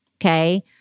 Okay